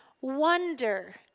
wonder